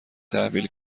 تحویل